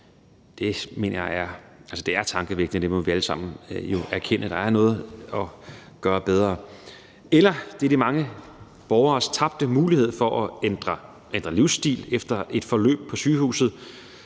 Det er tankevækkende. Der må vi jo alle sammen erkende, at der er noget at gøre bedre. Det kan også handle om de mange borgeres tabte mulighed for at ændre livsstil efter et forløb på sygehuset.